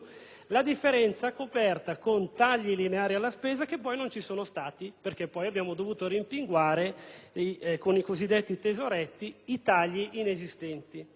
La differenza viene coperta con tagli lineari alla spesa che poi non ci sono stati, perché abbiamo dovuto rimpinguare con i cosiddetti tesoretti i tagli inesistenti.